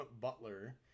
Butler